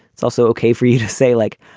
it's also okay for you to say, like,